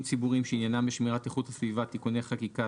ציבוריים שעניינם בשמירת איכות הסביבה (תיקוני חקיקה),